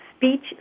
Speech